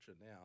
now